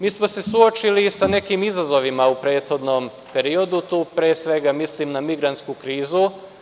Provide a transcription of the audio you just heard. Mi smo se suočili sa nekim izazovima u prethodnom periodu, a tu pre svega mislim na migrantsku krizu.